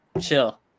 chill